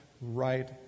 right